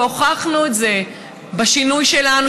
והוכחנו את זה בשינוי שלנו,